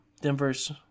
Denver's